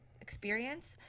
experience